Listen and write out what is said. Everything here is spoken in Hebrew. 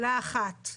האחת,